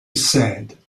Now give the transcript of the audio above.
said